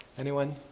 anyone?